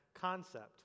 concept